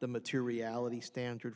the materiality standard